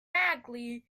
bagley